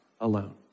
alone